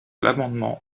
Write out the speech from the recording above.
l’amendement